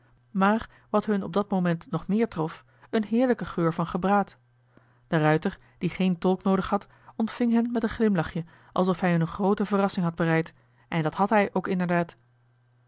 maar wat hun op dat moment nog meer trof een heerlijke geur van gebraad joh h been paddeltje de scheepsjongen van michiel de ruijter de ruijter die geen tolk noodig had ontving hen met een glimlachje alsof hij hun een groote verrassing had bereid en dat had hij ook inderdaad